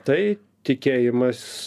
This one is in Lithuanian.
tai tikėjimas